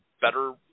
better